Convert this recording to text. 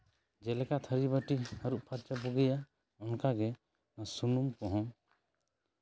ᱡᱮᱞᱮᱠᱟ ᱛᱷᱟᱹᱨᱤᱵᱟᱹᱴᱤ ᱟᱹᱨᱩᱵ ᱯᱷᱟᱨᱪᱟ ᱵᱷᱟᱜᱤᱭᱟ ᱚᱱᱠᱟᱜᱮ ᱥᱩᱱᱩᱢ ᱠᱚᱦᱚᱸ